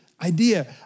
idea